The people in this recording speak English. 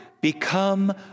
become